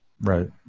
right